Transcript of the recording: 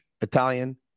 Italian